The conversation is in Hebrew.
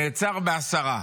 נעצר בעשרה.